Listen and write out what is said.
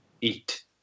eat